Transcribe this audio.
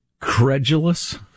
credulous